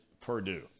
Purdue